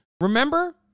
remember